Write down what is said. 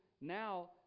now